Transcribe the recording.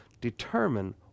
determine